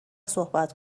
صحبت